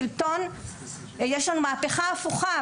יש לנו מהפכה הפוכה.